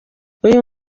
uyu